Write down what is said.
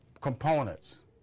components